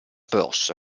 bros